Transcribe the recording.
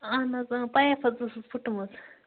اَہَن حظ اۭں پایپ حظ ٲسٕس پھٕٹمٕژ